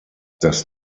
das